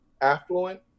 affluent